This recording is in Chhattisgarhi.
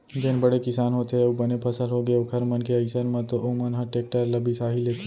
जेन बड़े किसान होथे अउ बने फसल होगे ओखर मन के अइसन म तो ओमन ह टेक्टर ल बिसा ही लेथे